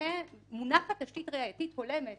שמונחת תשתית ראייתית הולמת